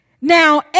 Now